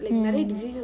mm